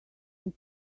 that